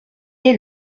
est